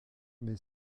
mais